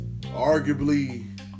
Arguably